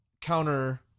counter